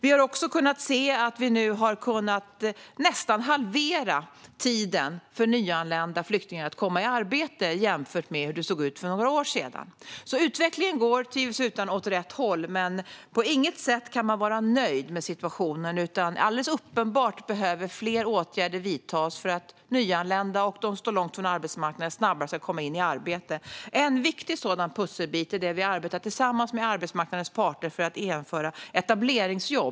Vi har också nästan kunnat halvera tiden för nyanlända flyktingar att komma i arbete jämfört med hur det såg ut för några år sedan. Utvecklingen går alltså tvivelsutan åt rätt håll. Man kan dock på inget sätt vara nöjd med situationen. Alldeles uppenbart behöver fler åtgärder vidtas för att nyanlända och de som står långt från arbetsmarknaden snabbare ska komma in i arbete. En viktig sådan pusselbit är de etableringsjobb som vi tillsammans med arbetsmarknadens parter arbetar för att införa.